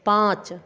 पाँच